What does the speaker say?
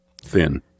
Thin